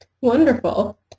Wonderful